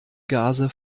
gase